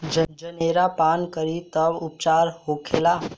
जनेरा पान करी तब उपचार का होखेला?